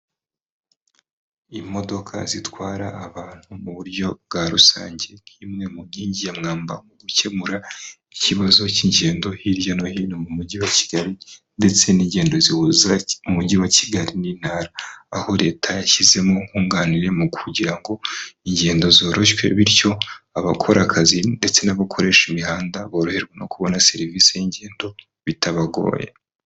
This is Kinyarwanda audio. Imodoka zitwara abantu mu buryo bwa rusange nk'imwe mu nkingi ya mwamba mu gukemura ikibazo cy'ingendo hirya no hino mu mujyi wa Kigali ndetse n'ingendo zihuza umujyi wa Kigali n'Intara, aho leta yashyizemo nkunganira mu kugira ngo ingendo zoronshwe bityo abakora akazi ndetse n'abakoresha imihanda boroherwa no kubona serivisi y'ingendo bitabagoye.